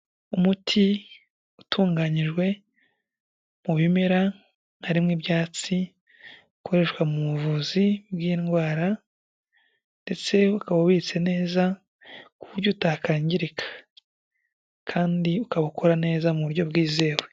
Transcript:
Umuti utunganyijwe mu bimera harimo ibyatsi ukoreshwa mu buvuzi bw'indwara, ndetse ukaba ubitse neza ku buryo utakangirika kandi ukaba ukora neza mu buryo bwizewe.